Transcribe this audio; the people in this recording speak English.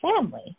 family